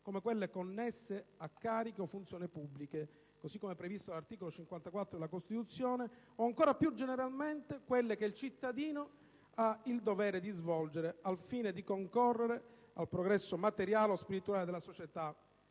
come quelle connesse a cariche o funzioni pubbliche, così come previsto dall'articolo 54 della Costituzione, o ancora più generalmente quelle che il cittadino ha il dovere di svolgere al fine di concorrere al progresso materiale o spirituale della società,